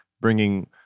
bringing